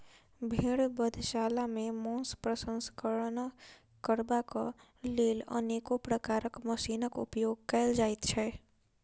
भेंड़ बधशाला मे मौंस प्रसंस्करण करबाक लेल अनेको प्रकारक मशीनक उपयोग कयल जाइत छै